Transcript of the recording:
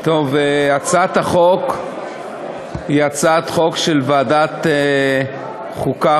הצעת החוק היא הצעת חוק של ועדת החוקה,